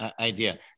idea